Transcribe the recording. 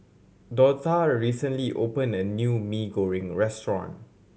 Dortha recently opened a new Mee Goreng restaurant